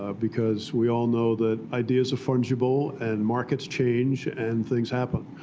ah because we all know that ideas are fungible and markets change and things happen.